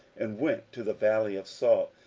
and went to the valley of salt,